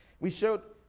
we showed,